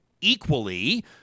equally